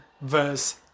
verse